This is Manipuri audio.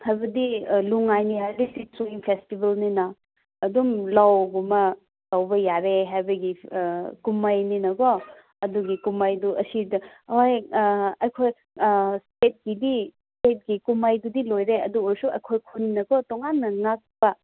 ꯍꯥꯏꯕꯗꯤ ꯂꯨꯏꯉꯥꯏꯅꯤ ꯍꯥꯏꯕꯗꯤ ꯆꯤꯡꯒꯤ ꯐꯦꯁꯇꯤꯕꯦꯜꯅꯤꯅ ꯑꯗꯨꯝ ꯂꯧꯒꯨꯝꯕ ꯇꯧꯕ ꯌꯥꯔꯦ ꯍꯥꯏꯕꯒꯤ ꯀꯨꯝꯃꯩꯅꯤꯅꯀꯣ ꯑꯗꯨꯒꯤ ꯀꯨꯝꯃꯩꯗꯣ ꯑꯁꯤꯗ ꯍꯣꯏ ꯑꯩꯈꯣꯏ ꯒꯦꯠꯀꯤꯗꯤ ꯀꯦꯠꯀꯤ ꯀꯨꯝꯃꯩꯗꯨꯗꯤ ꯂꯣꯏꯔꯦ ꯑꯗꯨ ꯑꯣꯏꯔꯁꯨ ꯑꯩꯈꯣꯏ ꯈꯨꯟꯅꯀꯣ ꯇꯣꯡꯉꯥꯟꯅ ꯉꯥꯛꯄ